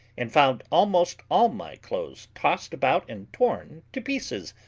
and found almost all my clothes tossed about and torn to pieces.